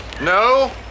No